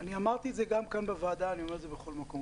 אני אמרתי את זה כאן בוועדה ואני אומר את זה בכל מקום.